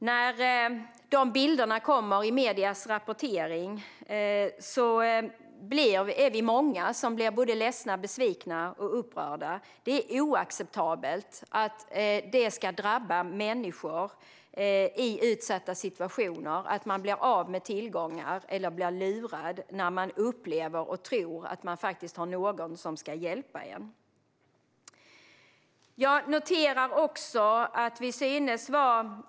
När de bilderna kommer i mediernas rapportering är vi många som blir ledsna, besvikna och upprörda. Det är oacceptabelt att människor i utsatta situationer ska drabbas av att bli av med tillgångar eller blir lurade när de upplever och tror att någon hjälper dem.